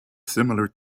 similar